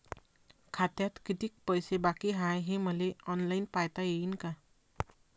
खात्यात कितीक पैसे बाकी हाय हे मले ऑनलाईन पायता येईन का?